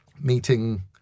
meeting